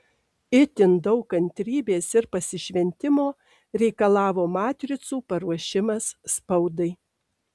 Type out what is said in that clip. itin daug kantrybės ir pasišventimo reikalavo matricų paruošimas spaudai